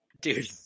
dude